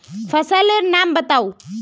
फसल लेर नाम बाताउ?